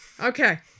Okay